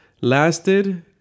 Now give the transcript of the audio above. lasted